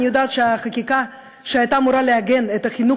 אני יודעת שהחקיקה שהייתה אמורה לעגן את החינוך